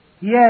Yes